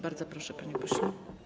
Bardzo proszę, panie pośle.